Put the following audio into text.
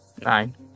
Nine